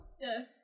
Yes